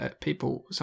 people